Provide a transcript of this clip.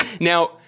Now